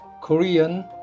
Korean